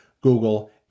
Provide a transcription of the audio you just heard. Google